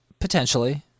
Potentially